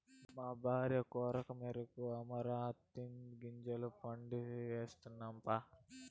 మా భార్య కోరికమేరకు అమరాంతీ గింజల పంట వేస్తినప్పా